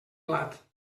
blat